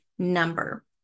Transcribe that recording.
number